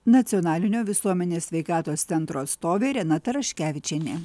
nacionalinio visuomenės sveikatos centro atstovė irena taraškevičienė